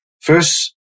first